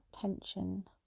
tension